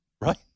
Right